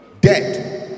dead